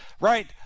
right